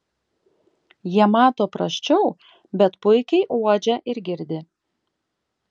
jie mato prasčiau bet puikiai uodžia ir girdi